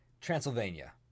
Transylvania